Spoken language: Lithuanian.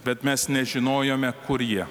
bet mes nežinojome kur jie